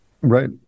Right